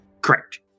Correct